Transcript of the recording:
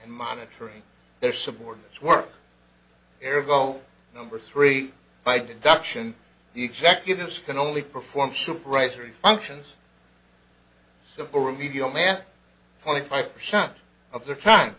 monitoring their subordinates work their go number three by deduction the executives can only perform supervisory functions simple remedial math twenty five percent of the crime